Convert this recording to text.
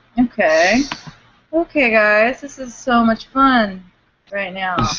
okay ok guys this is so much fun right now.